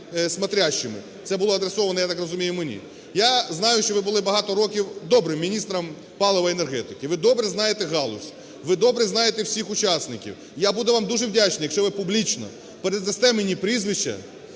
Це було адресовано, я так розумію, мені. Я знаю, що ви були багато років добрим міністром палива і енергетики, ви добре знаєте галузь, ви добре знаєте всіх учасників. Я буду вам дуже вдячний, якщо ви публічно передасте мені прізвища,